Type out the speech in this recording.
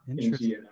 Interesting